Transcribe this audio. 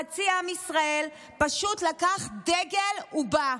חצי עם ישראל פשוט לקח דגל ובא,